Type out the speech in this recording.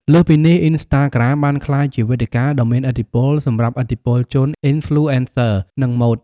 លើសពីនេះ អ៊ីនស្តាក្រាម បានក្លាយជា វេទិកាដ៏មានឥទ្ធិពលសម្រាប់ឥទ្ធិពលជន អ៊ីនហ្លូអេនសឺ និងម៉ូដ។